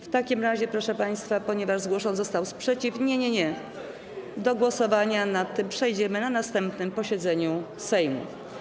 W takim razie, proszę państwa, ponieważ zgłoszony został sprzeciw, do głosowania nad tym przejdziemy na następnym posiedzeniu Sejmu.